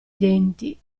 denti